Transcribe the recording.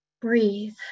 Breathe